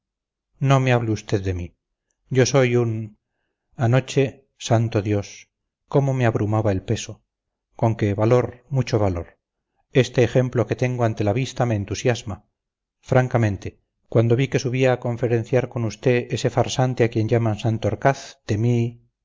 no me hable usted de mí yo soy un anoche santo dios cómo me abrumaba el peso conque valor mucho valor este ejemplo que tengo ante la vista me entusiasma francamente cuando vi que subía a conferenciar con usted ese farsante a quien llaman santorcaz temí